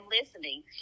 listening